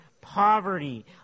poverty